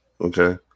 Okay